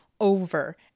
over